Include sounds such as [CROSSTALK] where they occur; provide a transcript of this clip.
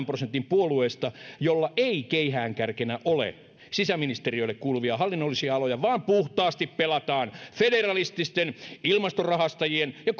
[UNINTELLIGIBLE] prosentin puolueesta jolla ei keihäänkärkenä ole sisäministeriölle kuuluvia hallinnollisia aloja vaan puhtaasti pelataan federalistien ilmastorahastajien ja [UNINTELLIGIBLE]